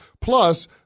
Plus